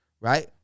right